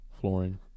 flooring